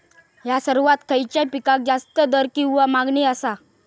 हया वर्सात खइच्या पिकाक जास्त दर किंवा मागणी आसा?